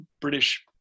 British